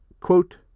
Quote